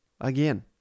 Again